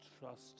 trust